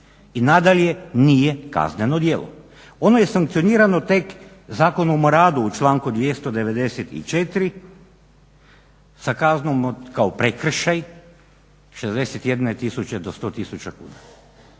i nadalje nije kazneno djelo. ono je sankcionirano tek Zakonom o radu u članku 294. sa kaznom od, kao prekršaj, 61 000 do 100 000 kuna.